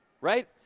Right